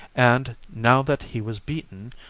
and, now that he was beaten,